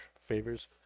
Favors